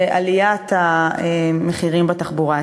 זה עליית המחירים בתחבורה הציבורית,